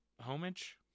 homage